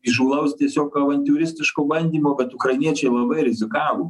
įžūlaus tiesiog avantiūristiško bandymo kad ukrainiečiai labai rizikavo